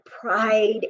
pride